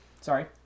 Sorry